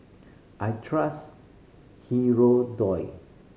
I trust Hirudoid